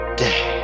day